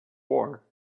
war